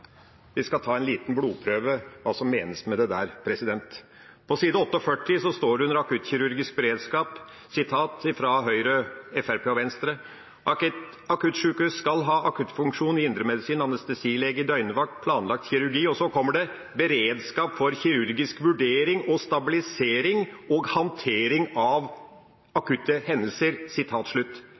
Vi skal ta en liten blodprøve på hva som menes med dette. På side 48 under «akuttkirurgisk beredskap» står det fra Høyre, Fremskrittspartiet og Venstre: «Akuttsykehus skal ha akuttfunksjon i indremedisin, anestesilege i døgnvakt, planlagt kirurgi» – og så kommer det – «beredskap for kirurgisk vurdering og stabilisering, og håndtering av akutte hendelser.»